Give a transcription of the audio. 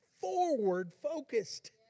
forward-focused